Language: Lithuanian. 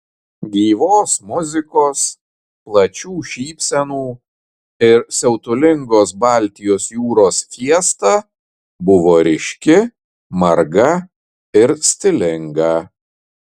gyvos muzikos plačių šypsenų ir siautulingos baltijos jūros fiesta buvo ryški marga ir stilinga